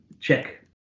check